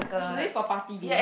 I should do this for party games